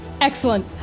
Excellent